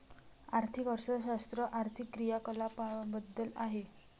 आर्थिक अर्थशास्त्र आर्थिक क्रियाकलापांबद्दल आहे